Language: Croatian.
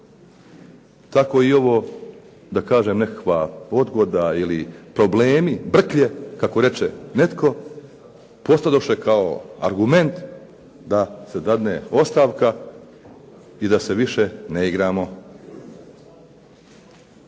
Tako i ovo da kažem nekakva odgoda ili problemi, brklje kako reče netko, postadoše kao argument da se dadne ostavka i da se više ne igramo.